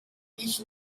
ich